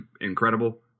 incredible